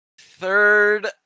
Third